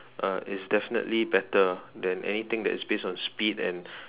uh is definitely better than anything that is based on speed and